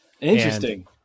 Interesting